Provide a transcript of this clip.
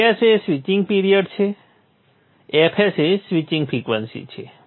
Ts એ switching period છે fs એ સ્વિચિંગ ફ્રિક્વન્સી છે